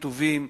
כתובים,